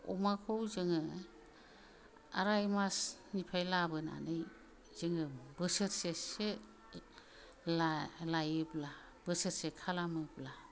अमाखौ जोङो आराइ माचनिफ्राइ लाबोनानै जोङो बोसोरसेसो ला लायोब्ला बोसोरसे खालामोब्ला